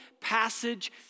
passage